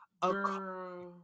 Girl